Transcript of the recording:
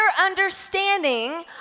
understanding